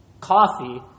Coffee